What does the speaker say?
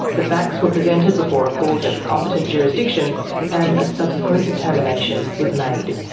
the facts were presented before a court of competent jurisdiction and a subsequent determination was made.